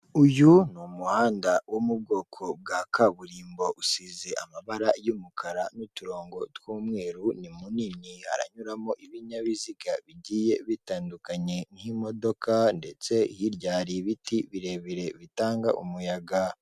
Uyu ni umuhanda wo mu bwoko bwa kaburimbo usize amabara y'umukara n'uturongo tw'umweru ni munini, haranyuramo ibinyabiziga bigiye bitandukanye nk'imodoka, ndetse hirya hari ibiti birebire bitanga umuyaga.